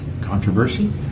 controversy